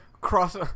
Cross